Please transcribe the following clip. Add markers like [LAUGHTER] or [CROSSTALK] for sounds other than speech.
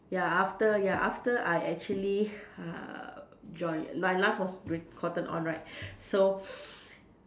ya after ya after I actually [BREATH] uh join my last was with cotton on right [BREATH] so [BREATH]